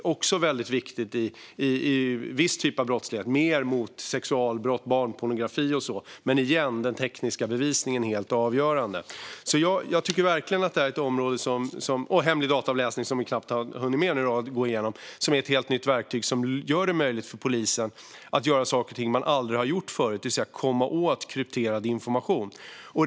Det är också viktigt i viss typ av brottslighet, mer mot sexualbrott och barnpornografi. Men återigen påminner jag om att den tekniska bevisningen är helt avgörande. Jag har knappt hunnit gå igenom hemlig dataavläsning. Det är ett helt nytt verktyg som gör det möjligt för polisen att göra saker och ting som de aldrig har gjort förut, det vill säga att komma åt krypterad information.